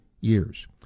years